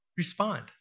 respond